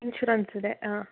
ഇൻഷുറൻസിൻ്റെ ആ